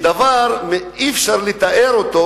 דבר שאי-אפשר לתאר אותו,